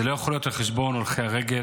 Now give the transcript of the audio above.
זה לא יכול להיות על חשבון הולכי הרגל.